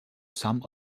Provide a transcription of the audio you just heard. some